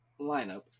lineup